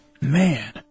Man